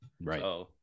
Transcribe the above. Right